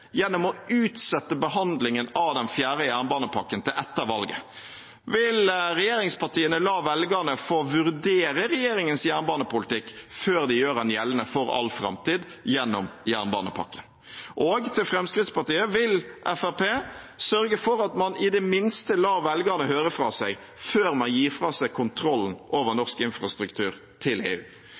fjerde jernbanepakken til etter valget, vil regjeringspartiene la velgerne få vurdere regjeringens jernbanepolitikk før de gjør den gjeldende for all framtid gjennom jernbanepakken? Og til Fremskrittspartiet: Vil Fremskrittspartiet sørge for at man i det minste lar velgerne høre fra seg før man gir fra seg kontrollen over norsk infrastruktur til EU?